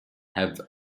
have